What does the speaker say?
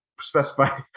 specify